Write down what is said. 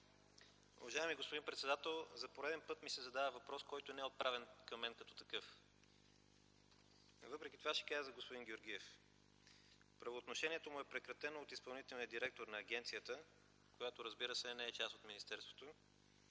Уважаеми господин председател, за пореден път ми се задава въпрос, който не е отправен към мен като такъв. Въпреки това ще кажа за господин Георгиев. Правоотношението му е прекратено от изпълнителния директор на агенцията, която, разбира се, не е част от министерството,